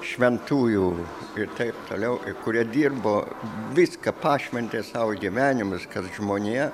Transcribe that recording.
šventųjų ir taip toliau kurie dirbo viską pašventė savo gyvenimus kad žmonija